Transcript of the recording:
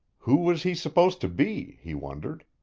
who was he supposed to be? he wondered.